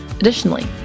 Additionally